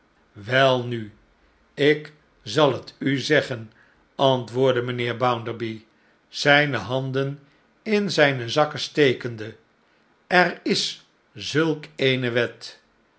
welnu ik zal het u zeggen antwoordde mijnheer bounderby zijne handen in zijne zakken stekende er is zulk eene wet